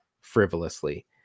frivolously